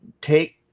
take